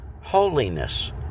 holiness